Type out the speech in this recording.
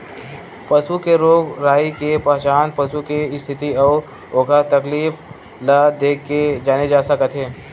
पसू के रोग राई के पहचान पसू के इस्थिति अउ ओखर तकलीफ ल देखके जाने जा सकत हे